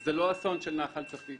זה לא אסון של נחל צפית